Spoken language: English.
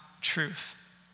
truth